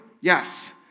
Yes